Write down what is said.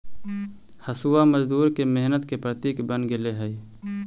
हँसुआ मजदूर के मेहनत के प्रतीक बन गेले हई